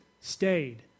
stayed